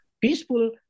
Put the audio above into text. peaceful